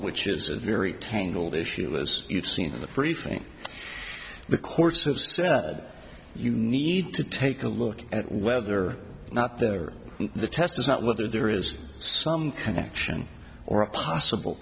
which is a very tangled issue as you've seen in the briefing the courts have said you need to take a look at whether or not there the test is not whether there is some connection or a possible